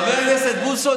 חבר הכנסת בוסו,